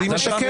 והיא משקרת.